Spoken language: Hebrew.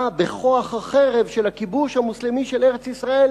באה בכוח החרב של הכיבוש המוסלמי של ארץ-ישראל